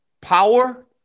power